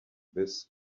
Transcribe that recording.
this